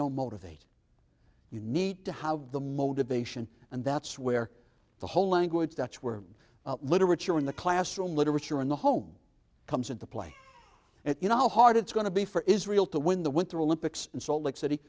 don't motivate you need to have the motivation and that's where the whole language that's where literature in the classroom literature in the home comes into play and if you know how hard it's going to be for israel to win the winter olympics in salt lake city